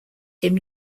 him